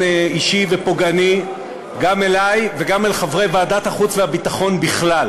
אישי ופוגעני גם אלי וגם אל חברי ועדת החוץ והביטחון בכלל.